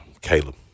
Caleb